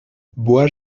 bois